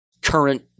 current